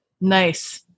Nice